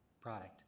product